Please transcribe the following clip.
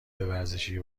ورزشی